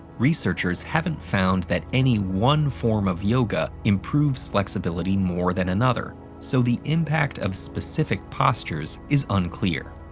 researchers haven't found that any one form of yoga improves flexibility more than another, so the impact of specific postures is unclear.